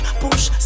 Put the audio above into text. push